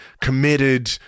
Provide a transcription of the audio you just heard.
committed